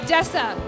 Dessa